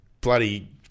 bloody